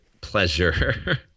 pleasure